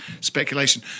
speculation